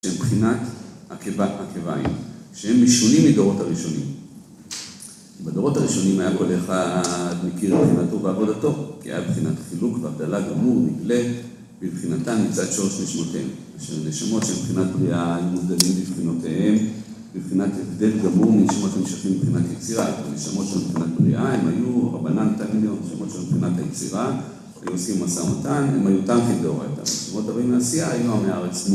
‫שהם מבחינת עקבת מקביים, ‫שהם משונים מדורות הראשונים. ‫בדורות הראשונים היה כל אחד ‫מכיר את מבחינתו ועבודתו, ‫כי היה מבחינת חילוק והבדלה גמור, ‫נגלה, ‫ובבחינתה נמצא את שורש נשמותינו, ‫של נשמות של מבחינת בריאה, ‫הם מובדלים בבחינותיהם, ‫בבחינת הבדל גמור, ‫נשמות שנמשכים מבחינת יצירה, ‫הן נשמות של מבחינת בריאה, ‫הם היו רבנן ותלמידיהון, ‫נשמות שהם מבחינת יצירה, ‫היו עושים משא ומתן, ‫הם היו תמכין דאורייתא, ובדורות הבאים לתעשייה הם היו עמי הארצותות.